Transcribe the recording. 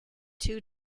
two